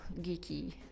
geeky